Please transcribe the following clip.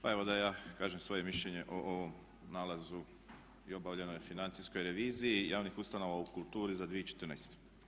Pa evo da i ja kažem svoje mišljenje o ovom nalazu i obavljenoj financijskoj reviziji javnih ustanova u kulturi za 2014.